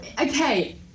Okay